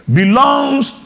belongs